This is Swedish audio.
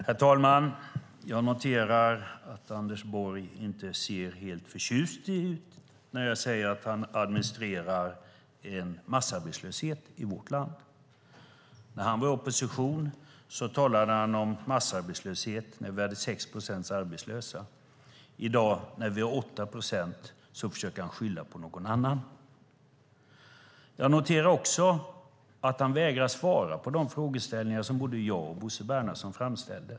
Herr talman! Jag noterar att Anders Borg inte ser helt förtjust ut när jag säger att han administrerar en massarbetslöshet i vårt land. När han var i opposition talade han om massarbetslöshet när vi hade 6 procent arbetslösa. I dag när vi har 8 procent försöker han skylla på någon annan. Jag noterar också att han vägrar att svara på de frågeställningar som både jag och Bo Bernhardsson framställde.